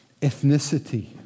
ethnicity